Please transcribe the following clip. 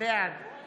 בעד